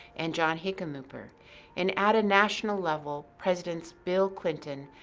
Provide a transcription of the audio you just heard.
and john hickenlooper and at a national level presidents, bill clinton,